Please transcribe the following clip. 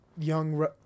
young